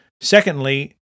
Secondly